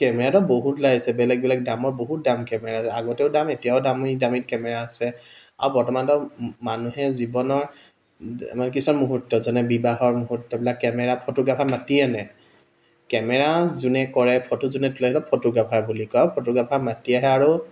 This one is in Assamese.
কেমেৰাটো বহুত ওলাইছে বেলেগ বেলেগ দামৰ বহুত দাম কেমেৰাৰ আগতেও দাম এতিয়াও দাম দামী দামী কেমেৰা আছে আৰু বৰ্তমানটো মানুহে জীৱনৰ কিছুমান মুহূৰ্ত যেনে বিবাহৰ মুহূৰ্তবিলাক কেমেৰা ফটোগ্ৰাফাৰ মাতি আনে কেমেৰা যোনে কৰে ফটো যোনে তোলে সেইজন ফটোগ্ৰাফাৰ বুলি কয় ফটোগ্ৰাফাৰ মাতি আহে আৰু